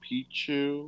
Pichu